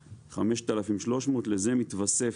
5,300, לזה מתווסף